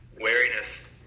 wariness